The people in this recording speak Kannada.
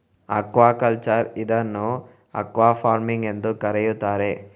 ಅಕ್ವಾಕಲ್ಚರ್ ಇದನ್ನು ಅಕ್ವಾಫಾರ್ಮಿಂಗ್ ಎಂದೂ ಕರೆಯುತ್ತಾರೆ